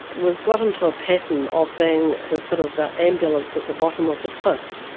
we've got into a pattern of being the sort of ambulance at the bottom of the cliff,